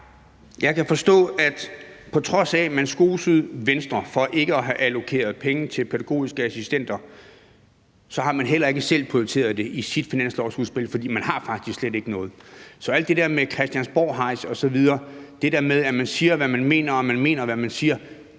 Jeg kan forstå, at man, på trods af at man skosede Venstre for ikke at have allokeret penge til pædagogiske assistenter, så heller ikke selv har prioriteret det i sit finanslovsudspil, fordi man faktisk slet ikke har noget. Så alt det der med Christiansborghejs osv., det der med, at man siger, hvad man mener, og man mener, hvad man siger,